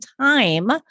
time